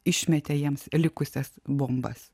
išmetė jiems likusias bombas